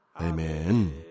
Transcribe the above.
Amen